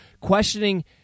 questioning